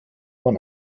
man